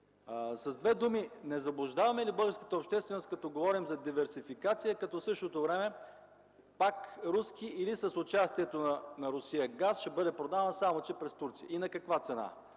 С две думи: не заблуждаваме ли българската общественост, като говорим за диверсификация, като в същото време пак руски или с участието на Русия газ ще бъде продаван, само че през Турция? И на каква цена?